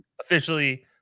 Officially